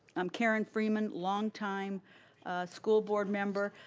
um karen freeman, long time school board member.